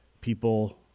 people